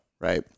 right